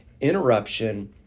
interruption